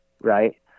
Right